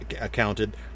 accounted